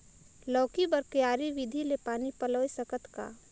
लौकी बर क्यारी विधि ले पानी पलोय सकत का?